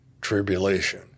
tribulation